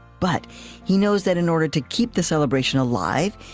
but he knows that in order to keep the celebration alive,